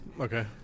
Okay